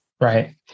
right